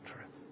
truth